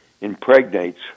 impregnates